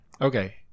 Okay